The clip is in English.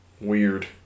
Weird